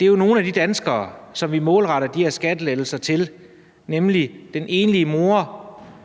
Det er jo nogle af de danskere, som vi målretter de her skattelettelser til, nemlig den enlige mor,